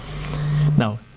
Now